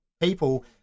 people